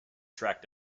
track